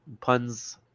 puns